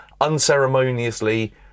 unceremoniously